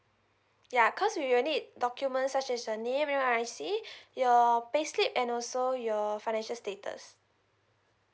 ya cause we will need documents such as your name N_R_I_C your pay slip and also your financial status